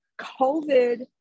COVID